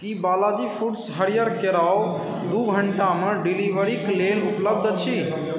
की Balaji foods हरियर केराव दू घण्टामे डिलीवरीके लेल उपलब्ध अछि